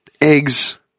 eggs